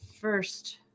first